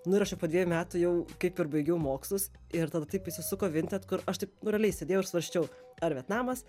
nu ir aš jau po dvejų metų jau kai baigiau mokslus ir tada taip įsisuko vinted kur aš taip nu realiai sėdėjau ir svarsčiau ar vietnamas